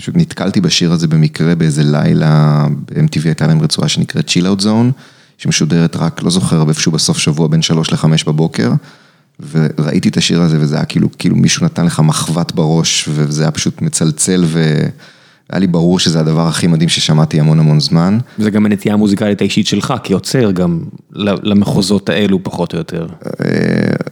פשוט נתקלתי בשיר הזה במקרה, באיזה לילה, ב-MTV היתה להם רצועה שנקראת Chill Out Zone, שמשודרת רק, לא זוכר, איפהשהו, בסוף שבוע, בין 3 ל-5 בבוקר, וראיתי את השיר הזה, וזה היה כאילו, כאילו מישהו נתן לך מחבת בראש, וזה היה פשוט מצלצל, והיה לי ברור שזה הדבר הכי מדהים ששמעתי המון המון זמן. וזה גם הנטייה המוזיקלית האישית שלך, כיוצר גם למחוזות האלו, פחות או יותר.